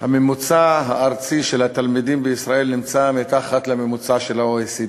הממוצע הארצי של התלמידים בישראל נמצא מתחת לממוצע של ה-OECD.